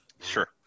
Sure